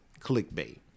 clickbait